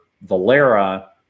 Valera